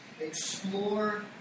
Explore